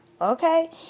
okay